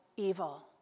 evil